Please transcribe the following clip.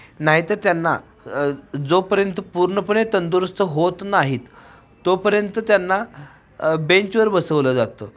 नाहीतर त्यांना जोपर्यंत पूर्णपणे तंदुरुस्त होत नाहीत तोपर्यंत त्यांना बेंचवर बसवलं जातं